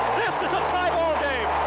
this is a tie